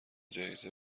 جایزه